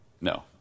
No